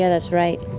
yeah that's right.